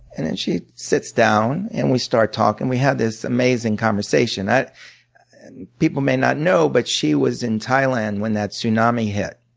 and then she sits down and we start talking. we have this amazing conversation. and people may not know but she was in thailand when that tsunami hit,